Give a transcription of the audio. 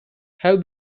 have